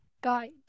guide